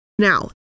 Now